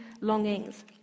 longings